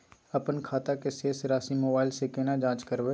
अपन खाता के शेस राशि मोबाइल से केना जाँच करबै?